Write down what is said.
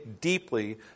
deeply